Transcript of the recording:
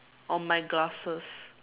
on my glasses